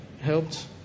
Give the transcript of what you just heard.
Helped